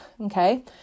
okay